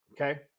Okay